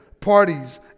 parties